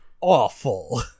awful